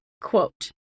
quote